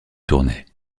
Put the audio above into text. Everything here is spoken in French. tournait